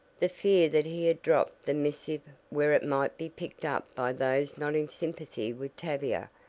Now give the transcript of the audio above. the fear that he had dropped the missive where it might be picked up by those not in sympathy with tavia,